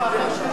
מאחר שיש